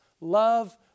love